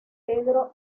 pedro